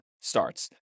starts